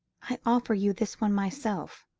i offer you this one myself,